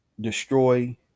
destroy